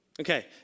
Okay